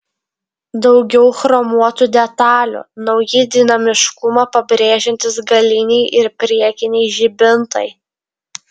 daugiau chromuotų detalių nauji dinamiškumą pabrėžiantys galiniai ir priekiniai žibintai